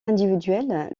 individuelle